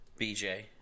bj